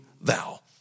thou